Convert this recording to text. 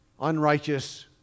unrighteous